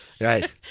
right